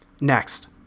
Next